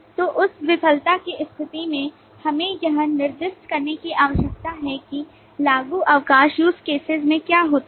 तो उस विफलता की स्थिति में हमें यह निर्दिष्ट करने की आवश्यकता है कि लागू अवकाश use cases में क्या होता है